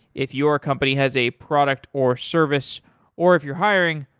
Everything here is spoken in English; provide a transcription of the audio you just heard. if your company has a product or service or if you're hiring,